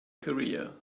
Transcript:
career